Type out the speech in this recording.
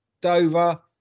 Dover